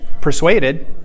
persuaded